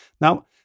Now